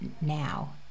now